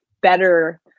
better